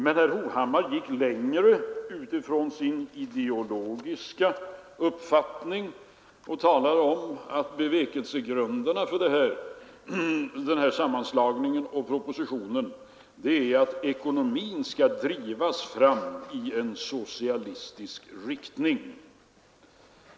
Men herr Hovhammar gick längre utifrån sin ideologiska uppfattning och sade att bevekelsegrunderna för sammanslagningen är att ekonomin skall drivas fram i en socialistisk riktning.